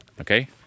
Okay